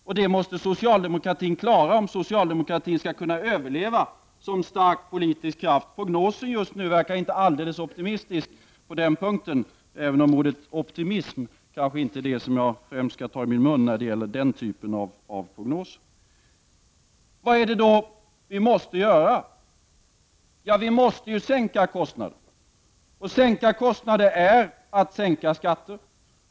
Detta måste socialdemokraterna klara om socialdemokratin skall kunna överleva som en stark politisk kraft. Prognosen just nu verkar inte alldeles optimistisk på den punkten, även om ”optimism” kanske inte är det ord som jag skall ta i min mun när det gäller den typen av prognoser. Vad är det då som vi måste göra? Vi måste sänka kostnaderna. Att sänka kostnader är att sänka skatter.